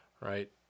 right